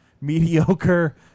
mediocre